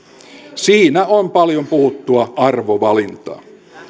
siinä on paljon puhuttua arvovalintaa